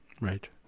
Right